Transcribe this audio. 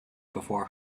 before